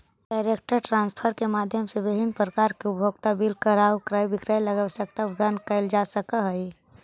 direct transfer के माध्यम से विभिन्न प्रकार के उपभोक्ता बिल कर आउ क्रय विक्रय लगी आवश्यक भुगतान कैल जा सकऽ हइ